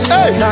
Hey